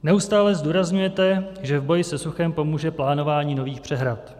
Neustále zdůrazňujete, že v boji se suchem pomůže plánování nových přehrad.